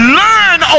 learn